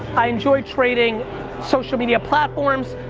i enjoy trading social media platforms,